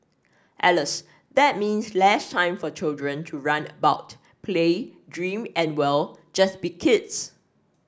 alas that means less time for children to run about play dream and well just be kids